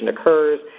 occurs